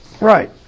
Right